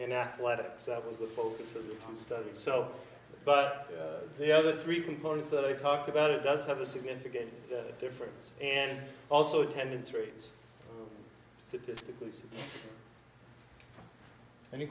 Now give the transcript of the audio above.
in athletics that was the focus of the study itself but the other three components that i talked about it does have a significant difference and also attendance rates statistically